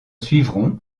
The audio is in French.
suivront